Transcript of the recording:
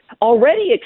already